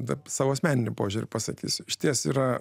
savo asmeniniu požiūriu pasakysiu išties yra